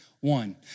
one